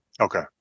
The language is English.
Okay